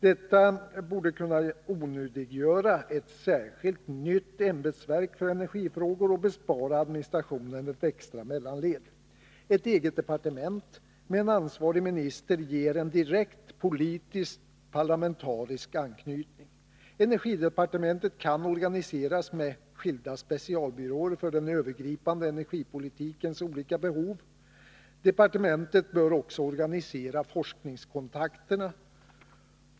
Detta borde onödiggöra ett särskilt, nytt ämbetsverk för energifrågor och bespara administationen ett extra mellanled. Ett eget departement med en ansvarig minister ger en direkt politisk-parlamentarisk anknytning. Energidepartementet kan organiseras med skilda specialbyråer för den övergripande energipolitikens olika behov. Departementet bör också organisera forskningskontakterna.